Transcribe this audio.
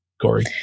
Corey